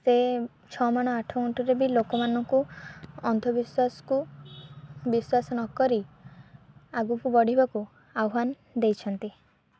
ସେ ଛଅମାଣ ଆଠଗୁଣ୍ଠରେ ବି ଲୋକମାନଙ୍କୁ ଅନ୍ଧ ବିଶ୍ୱାସକୁ ବିଶ୍ୱାସ ନ କରି ଆଗକୁ ବଢିବାକୁ ଆହ୍ୱାନ ଦେଇଛନ୍ତି